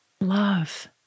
love